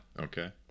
Okay